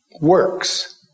works